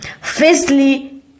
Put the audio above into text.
Firstly